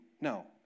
no